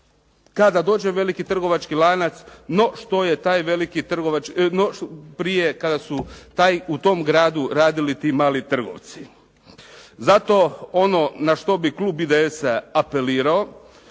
kada dođe veliki trgovački lanac no prije kada su u tom gradu radili ti mali trgovci. Zato ono na što bi klub IDS-a apelirao